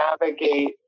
navigate